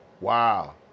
Wow